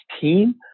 team